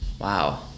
wow